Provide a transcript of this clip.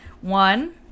One